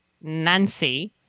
Nancy